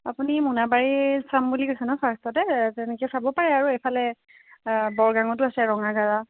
আপুনি মোনাবাৰী চাম বুলি কৈছে ন' ফাৰ্ষ্টতে তেনেকৈ চাব পাৰে আৰু এইফালে বৰগাঙটো আছে ৰঙাগাৰা